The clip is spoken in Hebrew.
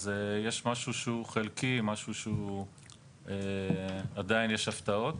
אז יש משהו שהוא חלקי, משהו שעדיין יש בו הפתעות.